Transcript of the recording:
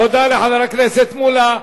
תודה לחבר הכנסת מולה.